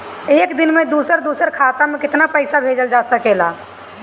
एक दिन में दूसर दूसर खाता में केतना पईसा भेजल जा सेकला?